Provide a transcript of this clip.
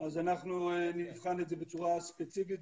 אז אנחנו נבחן את זה בצורה ספציפית.